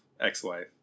ex-wife